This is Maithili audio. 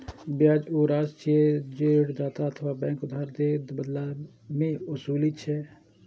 ब्याज ऊ राशि छियै, जे ऋणदाता अथवा बैंक उधार दए के बदला मे ओसूलै छै